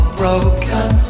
broken